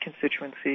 constituency